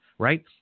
Right